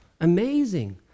Amazing